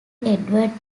edward